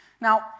Now